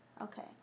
Okay